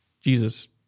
Jesus